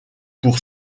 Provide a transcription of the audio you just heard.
pour